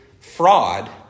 fraud